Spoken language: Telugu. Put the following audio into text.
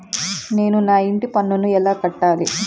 నేను నా ఇంటి పన్నును ఎలా కట్టాలి?